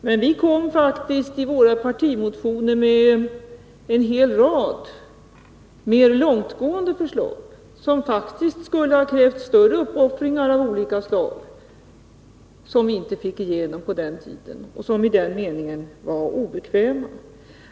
Men vi kom faktiskt i våra partimotioner med en hel rad mer långtgående förslag som faktiskt skulle ha krävt stora uppoffringar av olika slag, men som vi inte fick igenom på den tiden och som i den meningen var obekväma.